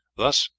thus,